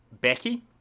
Becky